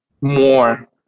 more